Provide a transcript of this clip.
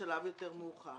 בשלב יותר מאוחר.